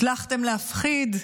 הצלחתם להפחיד,